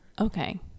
Okay